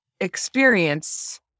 experience